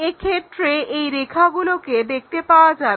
এক্ষেত্রে এই রেখাগুলোকে দেখতে পাওয়া যাবে